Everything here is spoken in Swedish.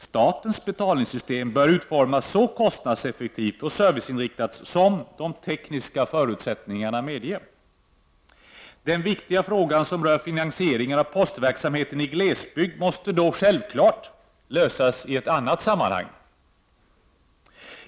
Statens betalningssystem bör utformas så kostnadseffektivt och serviceinriktat som de tekniska förutsättningarna medger. Den viktiga frågan som rör finansieringen av postverksamheten i glesbygd måste då självfallet lösas i ett annat sammanhang.